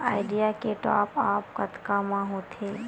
Idea के top आप कतका म होथे?